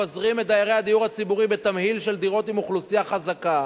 מפזרים את דיירי הדיור הציבורי בתמהיל של דירות עם אוכלוסייה חזקה,